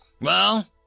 Well